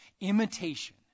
imitation